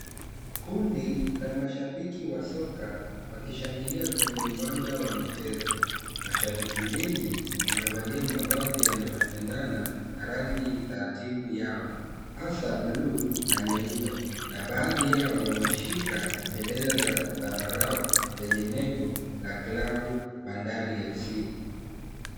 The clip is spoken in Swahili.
Kundi la mashabiki wa soka wakishangilia kwenye uwanja wa michezo. Mashabiki wengi wamevalia mavazi yanayoendana na rangi za timu yao hasa buluu na nyeupe na baadhi yao wameshika bendera za zambarau zenye nembo la klabu Bandari FC.